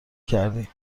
کردی